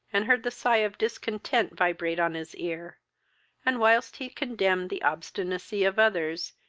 and heard the sigh of discontent vibrate on his ear and, whilst he condemned the obstinacy of others,